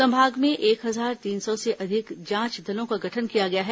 संभाग में एक हजार तीन सौ से अधिक जांच दलों का गठन किया गया है